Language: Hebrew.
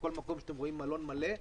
בכל מקום שאתם רואים מלון מלא,